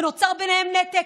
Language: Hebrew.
ונוצר ביניהם נתק.